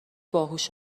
باهوش